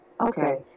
okay